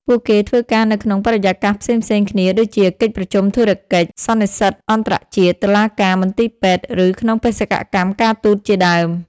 ពួកគេធ្វើការនៅក្នុងបរិយាកាសផ្សេងៗគ្នាដូចជា កិច្ចប្រជុំធុរកិច្ច សន្និសីទអន្តរជាតិ តុលាការ មន្ទីរពេទ្យ ឬក្នុងបេសកកម្មការទូតជាដើម។